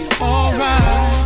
alright